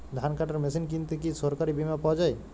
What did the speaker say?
ধান কাটার মেশিন কিনতে কি সরকারী বিমা পাওয়া যায়?